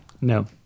No